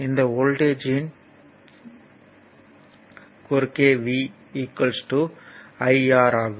இந்த வோல்ட்டேஜ்யின் குறுக்கே V V IR ஆகும்